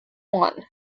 won